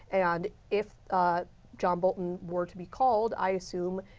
and if john bolton were to be called i assume,